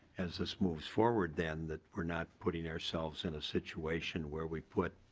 as this moves forward then that we are not putting ourselves in a situation where we put-i